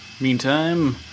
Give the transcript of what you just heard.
meantime